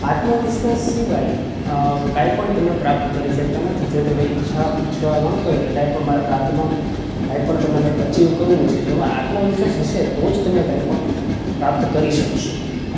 આત્મવિશ્વાસ સિવાય કંઈ પણ તમે પ્રાપ્ત કરી શકતા નથી જો તમે ઈચ્છા ઇચ્છવા માગતા હોય કે કંઈ પણ મારે પ્રાતમાનું કંઈ પણ તમે કંઈક અચિવ કરવું છે તો એમાં આત્મવિશ્વાસ હશે તો જ તમે કંઈ પણ પ્રાપ્ત કરી શકશો